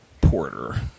porter